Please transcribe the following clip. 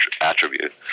attribute